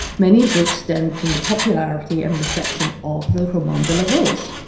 many of which stemmed from the popularity and reception of the roman de la rose.